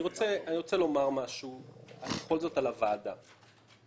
אני רוצה לומר משהו על ועדת קרמניצר.